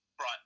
right